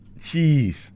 Jeez